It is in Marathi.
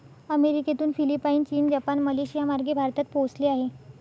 अमेरिकेतून फिलिपाईन, चीन, जपान, मलेशियामार्गे भारतात पोहोचले आहे